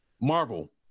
Marvel